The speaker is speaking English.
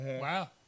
wow